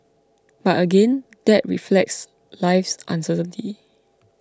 but again that reflects life's uncertainty